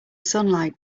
sunlight